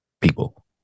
people